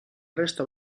resto